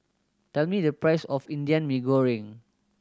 tell me the price of Indian Mee Goreng